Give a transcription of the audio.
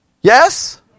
Yes